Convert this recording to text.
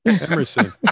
Emerson